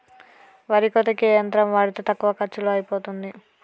వరి కోతకి ఏ యంత్రం వాడితే తక్కువ ఖర్చులో అయిపోతుంది?